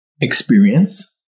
experience